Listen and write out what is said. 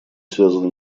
связана